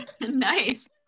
Nice